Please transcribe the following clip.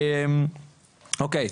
אוקיי,